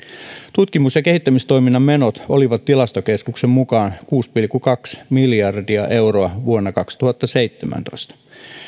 tutkimus ja kehittämistoiminnan menot olivat tilastokeskuksen mukaan kuusi pilkku kaksi miljardia euroa vuonna kaksituhattaseitsemäntoista